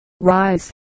rise